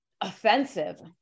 offensive